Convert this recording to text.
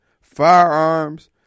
firearms